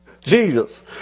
Jesus